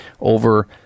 over